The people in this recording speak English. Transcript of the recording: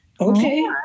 Okay